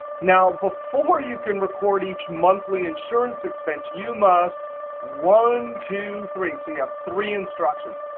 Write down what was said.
now, before you can record each monthly insurance expense, you must one, two, three so you have three instructions.